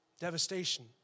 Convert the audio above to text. devastation